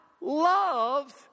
loves